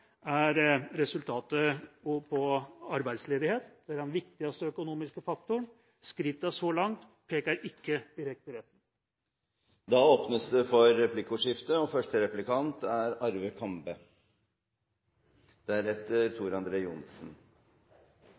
er resultatet på arbeidsledighet – det er den viktigste økonomiske faktoren. Skrittene så langt peker ikke i riktig retning. Det blir replikkordskifte. Bare for å ta avslutningen: Jeg er